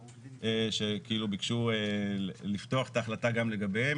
כאילו ביקשו את ההחלטה גם לגביהם,